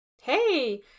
hey